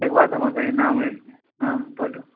ताहिके बाद हमर कनि नाम हँ बोलु